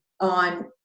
on